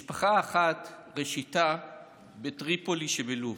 משפחה אחת ראשיתה בטריפולי שבלוב,